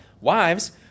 Wives